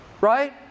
Right